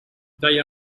they